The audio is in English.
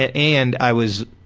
ah and i was,